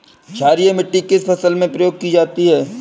क्षारीय मिट्टी किस फसल में प्रयोग की जाती है?